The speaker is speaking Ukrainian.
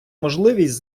можливість